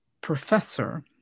professor